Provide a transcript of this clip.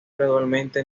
gradualmente